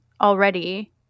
already